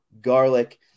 garlic